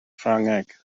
ffrangeg